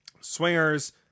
Swingers